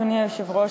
אדוני היושב-ראש,